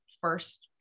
first